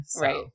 Right